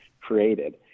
created